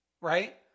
right